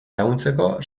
laguntzeko